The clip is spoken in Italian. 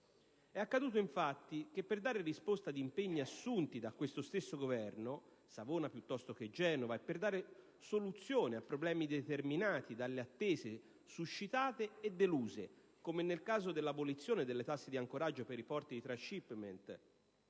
È accaduto infatti che per dare risposta agli impegni assunti da questo stesso Governo (Savona piuttosto che Genova) e per dare soluzione ai problemi determinati dalle attese suscitate e deluse, come nel caso dell'abolizione delle tasse di ancoraggio per i porti di *Transhipment*